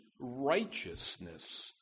righteousness